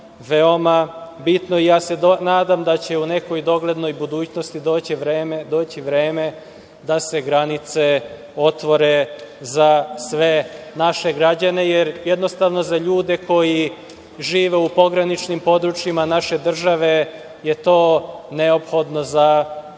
veoma bitno. Nadam se da će u nekoj doglednoj budućnosti doći vreme da se granice otvore za sve naše građane, jer jednostavno za ljude koji žive u pograničnim područjima naše države je to neophodno za